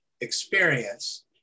experience